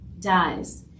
dies